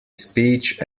speech